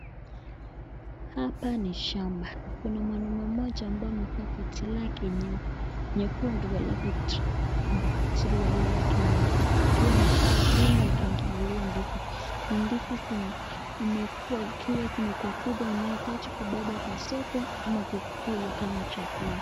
Hapa ni shamba. Kuna mwanaume mmoja ambaye amevaa koti lake nyekundu alafu suruali lake nyeupe akiwa ameshika kiuno akiangalia ndizi. Ni ndizi imekua ikiwa zimekuwa kubwa inahitaji kubebwa kwa soko ama kukulwa kama chakula.